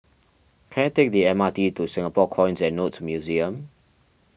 can I take the M R T to Singapore Coins and Notes Museum